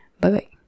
Bye-bye